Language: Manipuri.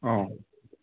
ꯑꯧ